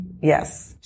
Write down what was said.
yes